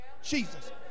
Jesus